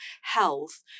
health